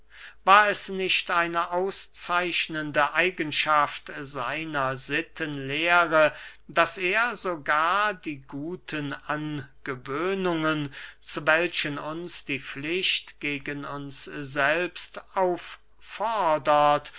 war es nicht eine auszeichnende eigenschaft seiner sittenlehre daß er sogar die guten angewöhnungen zu welchen uns die pflicht gegen uns selbst auffordert